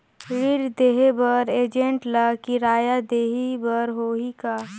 ऋण देहे बर एजेंट ला किराया देही बर होही का?